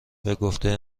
بگفته